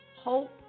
Hope